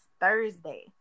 Thursday